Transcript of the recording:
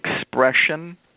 expression